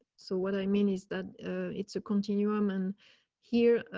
so, what i mean is that it's a continuum and here